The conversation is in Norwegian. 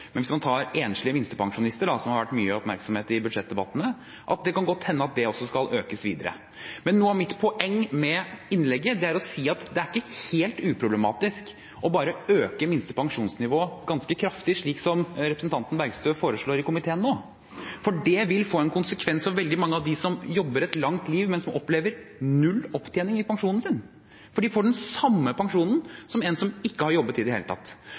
Men hvis man tar enslige minstepensjonister, som det har vært mye oppmerksomhet om i budsjettdebattene, kan det godt hende at nivået også skal økes videre. Men nå er mitt poeng med innlegget å si at det ikke er helt uproblematisk å bare øke minste pensjonsnivå ganske kraftig, slik representanten Bergstø foreslår i komiteen nå, for det vil få en konsekvens for veldig mange av dem som jobber et langt liv, men som opplever null opptjening i pensjonen sin fordi de får den samme pensjonen som en som ikke har jobbet i det hele tatt.